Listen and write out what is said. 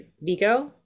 Vigo